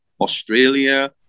Australia